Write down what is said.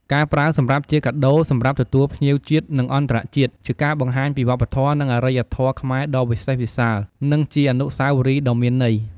ការប្រើសម្រាប់ជាកាដូរ សម្រាប់ទទួលភ្ញៀវជាតិ និងអន្តរជាតិ ជាការបង្ហាញពីវប្បធម៌ និងអរិយធម៌ខ្មែរដ៏វិសេសវិសាល និងជាអនុស្សាវរីដ៏មានន័យ។